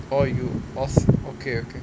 orh you must okay okay